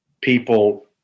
people